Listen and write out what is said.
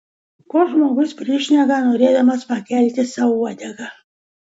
ko žmogus prišneka norėdamas pakelti sau uodegą